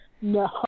no